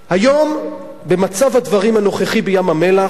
היום, במצב הדברים הנוכחי בים-המלח,